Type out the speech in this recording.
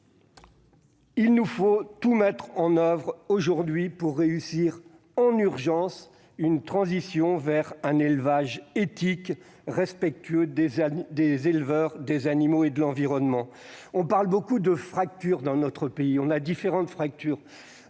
Il nous faut tout mettre en oeuvre en oeuvre, aujourd'hui, pour réussir en urgence une transition vers un élevage éthique et respectueux des éleveurs, des animaux et de l'environnement. On parle beaucoup de fractures dans notre pays ; on en connaît plusieurs.